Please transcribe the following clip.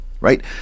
right